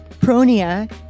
pronia